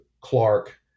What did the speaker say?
Clark